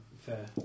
fair